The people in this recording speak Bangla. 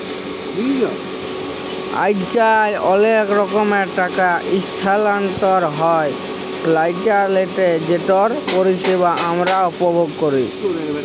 আইজকাল অলেক রকমের টাকা ইসথালাল্তর হ্যয় ইলটারলেটে যেটর পরিষেবা আমরা উপভোগ ক্যরি